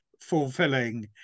fulfilling